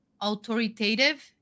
authoritative